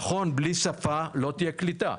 נכון, בלי שפה לא תהיה קליטה.